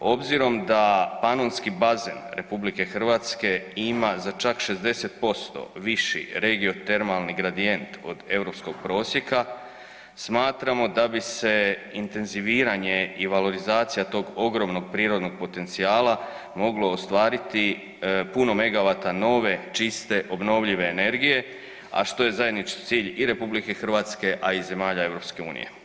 Obzirom da Panonski bazen RH ima za čak 60% viši regiotermalni gradijent od europskog prosjeka, smatramo da bi se intenziviranje i valorizacija tog ogromnog prirodnog potencijala moglo ostvariti puno megavata nove, čiste obnovljive energije, a što je zajednički cilj i RH, a i zemalja EU.